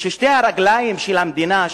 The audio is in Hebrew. ששתי הרגליים של המדינה,